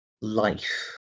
life